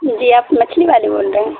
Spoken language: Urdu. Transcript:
جی آپ مچھلی والے بول رہے ہیں